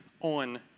on